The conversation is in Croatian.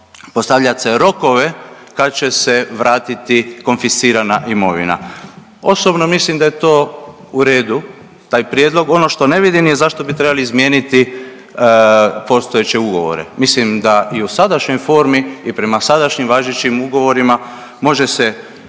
postavljat se rokove kad će se vratiti konfiscirana imovina. Osobno mislim da je to u redu, taj prijedlog. Ono što ne vidim je zašto bi trebali izmijeniti postojeće ugovore. Mislim da i u sadašnjoj formi i prema sadašnjim važećim ugovorima može se